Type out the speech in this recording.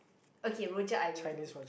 okay rojak I will do